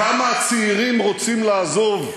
כמה הצעירים רוצים לעזוב,